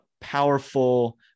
powerful